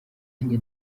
njye